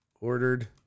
Ordered